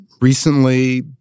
recently